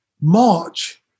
March